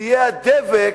הדבק